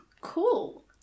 Cool